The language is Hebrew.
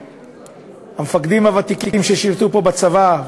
המפקדים הוותיקים ששירתו פה בצבא,